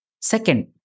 Second